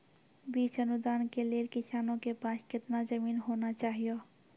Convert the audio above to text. बीज अनुदान के लेल किसानों के पास केतना जमीन होना चहियों?